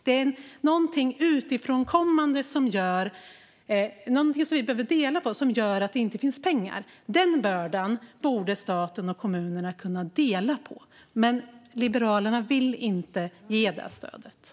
Det är något utifrån kommande som gör att det inte finns pengar. Den bördan borde staten och kommunerna kunna dela på. Men Liberalerna vill inte ge detta stöd. Varför?